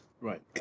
Right